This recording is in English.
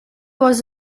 was